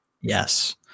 Yes